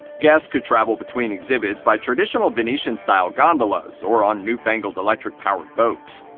guests could travel between exhibits by traditional venetian-style gondolas or on newfangled electric-powered boats.